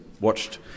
watched